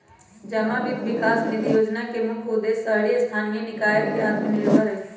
जमा वित्त विकास निधि जोजना के मुख्य उद्देश्य शहरी स्थानीय निकाय के आत्मनिर्भर हइ